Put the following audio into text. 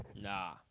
Nah